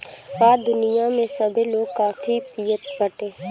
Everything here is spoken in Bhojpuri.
आज दुनिया में सभे लोग काफी पियत बाटे